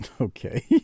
Okay